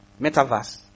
Metaverse